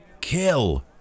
Kill